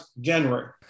January